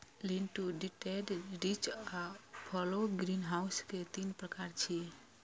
lean to detached, ridge आ furrow greenhouse के तीन प्रकार छियै